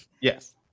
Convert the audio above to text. Yes